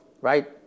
right